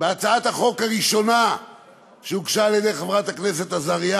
בהצעת החוק הראשונה שהוגשה על-ידי חברת הכנסת עזריה